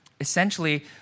essentially